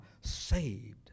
saved